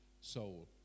soul